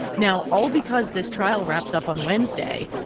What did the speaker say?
now, all because this trial wraps up on wednesday,